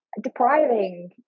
depriving